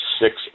six